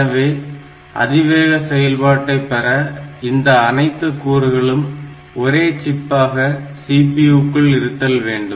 எனவே அதிவேக செயல்பாட்டை பெற இந்த அனைத்து கூறுகளும் ஒரே சிப்பாக CPU குள் இருத்தல் வேண்டும்